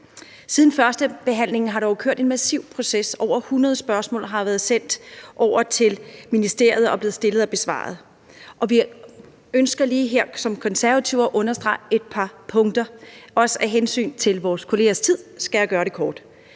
Siden førstebehandlingen har der jo kørt en massiv proces; over 100 spørgsmål har været sendt over til ministeriet – er blevet stillet og er blevet besvaret. Vi ønsker som Konservative her at understrege et par punkter, og også af hensyn til vores kollegers tid skal jeg gøre det kort.